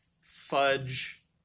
Fudge